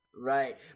Right